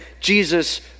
Jesus